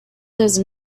those